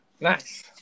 Nice